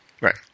Right